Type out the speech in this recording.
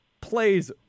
plays